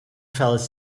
fellas